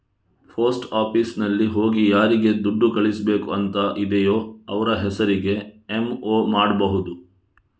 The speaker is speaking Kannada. ಪೋಸ್ಟ್ ಆಫೀಸಿನಲ್ಲಿ ಹೋಗಿ ಯಾರಿಗೆ ದುಡ್ಡು ಕಳಿಸ್ಬೇಕು ಅಂತ ಇದೆಯೋ ಅವ್ರ ಹೆಸರಿಗೆ ಎಂ.ಒ ಮಾಡ್ಬಹುದು